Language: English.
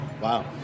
Wow